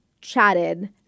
chatted